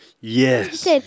Yes